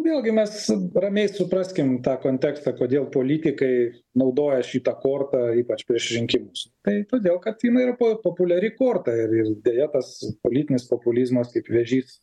vėlgi mes ramiai supraskim tą kontekstą kodėl politikai naudoja šitą kortą ypač prieš rinkimus tai todėl kad jinai yra populiari korta ir ir deja tas politinis populizmas kaip vėžys